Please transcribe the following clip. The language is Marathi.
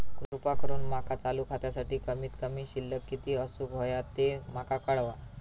कृपा करून माका चालू खात्यासाठी कमित कमी शिल्लक किती असूक होया ते माका कळवा